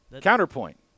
Counterpoint